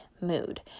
mood